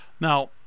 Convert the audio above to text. now